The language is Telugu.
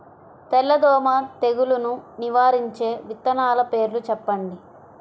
తెల్లదోమ తెగులును నివారించే విత్తనాల పేర్లు చెప్పండి?